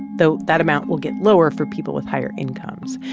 though that amount will get lower for people with higher incomes.